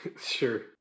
Sure